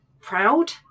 proud